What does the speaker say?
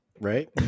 right